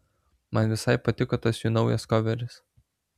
man visai patiko tas jų naujas koveris